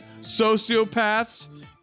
sociopaths